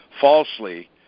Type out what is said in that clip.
falsely